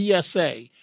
PSA